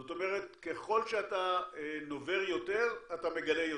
זאת אומרת ככל שאתה נובר יותר אתה מגלה יותר.